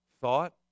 thought